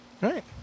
Right